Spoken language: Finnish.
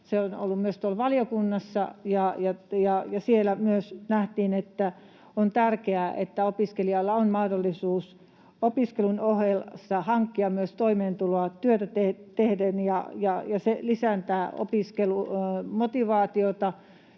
Se on ollut myös tuolla valiokunnassa, ja siellä myös nähtiin, että on tärkeää, että opiskelijalla on mahdollisuus opiskelun ohessa hankkia myös toimeentuloa työtä tehden, ja se lisää opiskelumotivaatiota